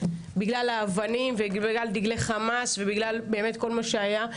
בגלל האבנים ובגלל דגלי חמאס ובגלל באמת כל מה שהיה.